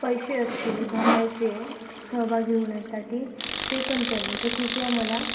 पैसे असतील भरायचे सहभागी होण्यासाठी ते पण करेल तर कृपया मला